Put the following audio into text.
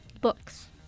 Books